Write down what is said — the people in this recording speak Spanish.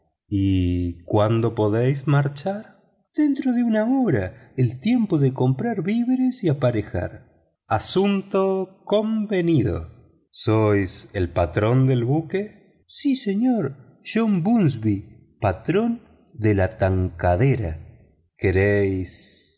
y cuándo podéis marchar dentro de una hora el tiempo de comprar víveres y aparejar asunto convenido sois el patrón del buque sí señor john bunsby patrón de la tankadera queréis